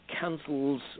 cancels